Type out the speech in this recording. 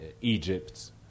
Egypt